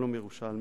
שלום ירושלמי,